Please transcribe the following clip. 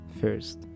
first